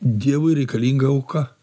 dievui reikalinga auka